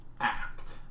act